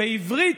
בעברית,